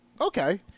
Okay